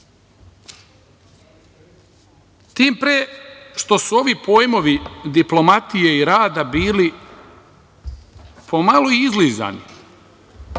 Tim pre što su ovi pojmovi, diplomatije i rada bili pomalo izlizani.